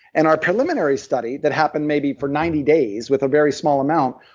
and our preliminary study that happened maybe for ninety days with a very small amount,